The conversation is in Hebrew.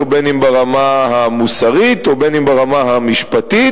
בין אם ברמה המוסרית ובין אם ברמה המשפטית,